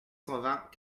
vingt